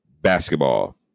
basketball